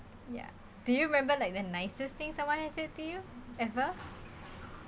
ya do you remember like the nicest things someone had said to you ever